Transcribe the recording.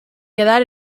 quedar